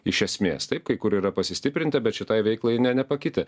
iš esmės taip kur yra pasistiprinta bet šitai veiklai ne nepakitę